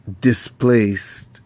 displaced